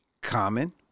common